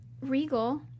Regal